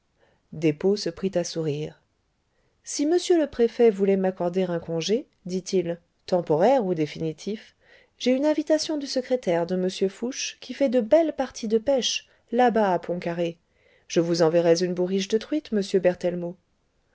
despaux se prit à sourire si m le préfet voulait m'accorder un congé dit-il temporaire ou définitif j'ai une invitation du secrétaire de m fouché qui fait de belles parties de pêche là-bas à pont carré je vous enverrais une bourriche de truites monsieur